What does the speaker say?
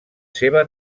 seva